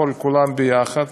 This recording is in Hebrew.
כולם יחד,